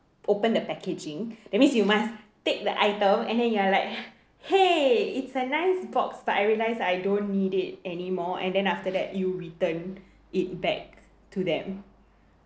open the packaging that means you must take the item and then you are like !hey! it's a nice box but I realize I don't need it anymore and then after that you return it back to them